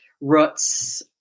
roots